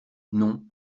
non